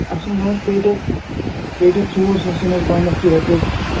اَسہِ یِن گۄڈنٮ۪تھ پیٹٮ۪س پیٹٮ۪س ژور ساس یِن اَسہِ گۄڈٕنٮ۪تھٕے رۄپیَس